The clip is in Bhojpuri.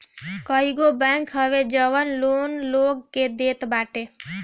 कईगो बैंक हवे जवन लोन लोग के देत बाटे